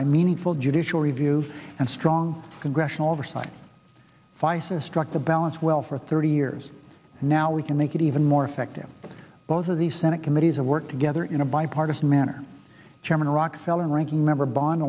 by meaningful judicial review and strong congressional oversight feiss struck the balance well for thirty years now we can make it even more effective both of these senate committees of work together in a bipartisan manner chairman rockefeller and ranking member bon